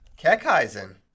Keckheisen